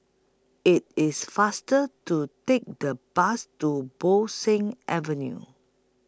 IT IS faster to Take The Bus to Bo Seng Avenue